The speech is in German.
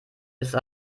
ist